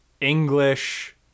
English